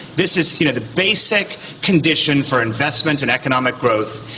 this is you know the basic condition for investment and economic growth,